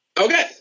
Okay